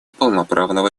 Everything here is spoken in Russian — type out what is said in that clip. полноправного